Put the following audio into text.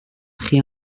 chi